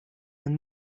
and